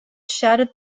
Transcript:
shattered